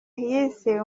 yise